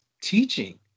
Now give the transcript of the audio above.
teaching